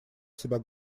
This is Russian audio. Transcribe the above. себя